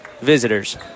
visitors